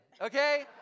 Okay